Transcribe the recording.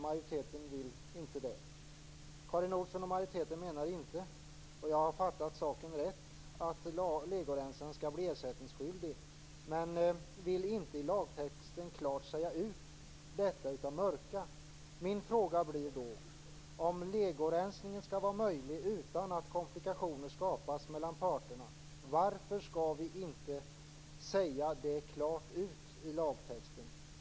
Majoriteten vill inte det. Karin Olsson och majoriteten menar inte - om jag har fattat saken rätt - att legorensaren skall bli ersättningsskyldig, men vill inte att lagtexten klart skall säga ut detta. Man vill i stället "mörka". Min fråga blir då: Om legorensning skall vara möjlig utan att komplikationer skapas mellan parterna, varför skall vi inte säga det rent ut i lagtexten?